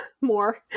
more